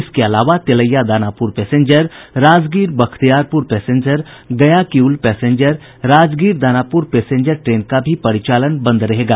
इसके अलावा Tilaiya Danapur passenger Rajgir Bakhtiyarpur passenger Gaya Kiul passenger Rajgir Danapur passenger train का परिचालन भी रद्द रहेगा